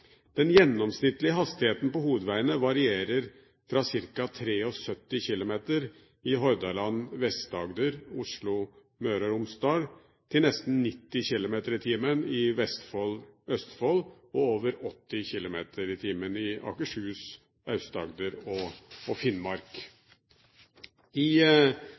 Den gjennomsnittlige hastigheten på hovedveiene varierer fra ca. 73 km/t i Hordaland, Vest-Agder, Oslo og Møre og Romsdal til nesten 90 km/t i Vestfold og Østfold og over 80 km/t i Akershus, Aust-Agder og Finnmark. I